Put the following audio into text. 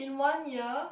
in one year